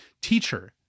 Teacher